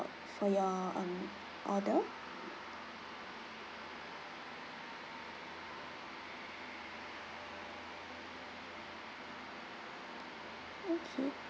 for your um order okay